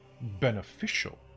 beneficial